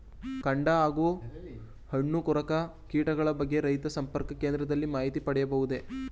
ಕಾಂಡ ಹಾಗೂ ಹಣ್ಣು ಕೊರಕ ಕೀಟದ ಬಗ್ಗೆ ರೈತ ಸಂಪರ್ಕ ಕೇಂದ್ರದಲ್ಲಿ ಮಾಹಿತಿ ಪಡೆಯಬಹುದೇ?